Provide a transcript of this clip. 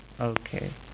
Okay